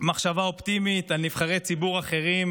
מחשבה אופטימית על נבחרי ציבור אחרים,